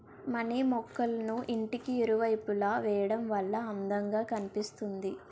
money మొక్కళ్ళను ఇంటికి ఇరువైపులా వేయడం వల్ల అందం గా కనిపిస్తుంది